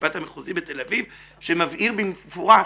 המשפט המחוזי בתל אביב שמבהיר במפורש